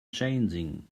changing